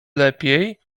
lepiej